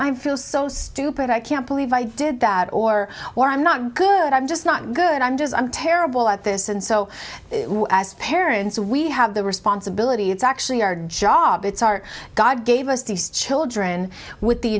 i feel so stupid i can't believe i did that or why i'm not good i'm just not good i'm just i'm terrible at this and so as parents we have the responsibility it's actually our job it's our god gave us these children with the